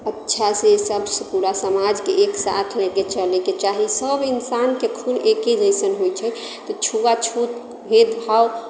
अच्छासँ ईसभ पूरा समाजकेँ एक साथ लऽ कऽ चलैके चाही सभ इन्सानके खून एके जइसन होइत छै तऽ छुआछूत भेदभाव